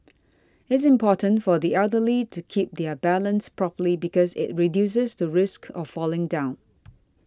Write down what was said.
it's important for the elderly to keep their balance properly because it reduces the risk of falling down